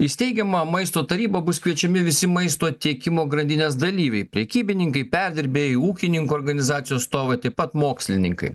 į steigiamą maisto taryba bus kviečiami visi maisto tiekimo grandinės dalyviai prekybininkai perdirbėjai ūkininkų organizacijų atstovai taip pat mokslininkai